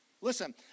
Listen